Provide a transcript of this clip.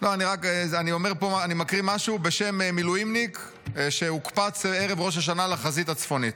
אני רק מקריא משהו בשם מילואימניק שהוקפץ בערב ראש השנה לחזית הצפונית.